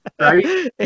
right